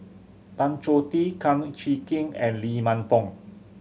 Tan Choh Tee Kum Chee Kin and Lee Man Fong